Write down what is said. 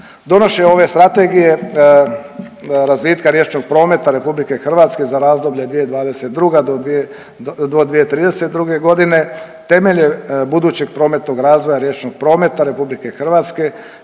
Donošenje ove strategije razvitka riječnog prometa Republike Hrvatske za razdoblje 2022. do 2032. godine, temelje budućeg prometnog razvoja riječnog prometa Republike Hrvatske